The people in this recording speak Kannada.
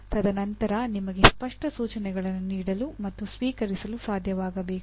ತದನಂತರ ನಿಮಗೆ ಸ್ಪಷ್ಟ ಸೂಚನೆಗಳನ್ನು ನೀಡಲು ಮತ್ತು ಸ್ವೀಕರಿಸಲು ಸಾಧ್ಯವಾಗಬೇಕು